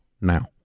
now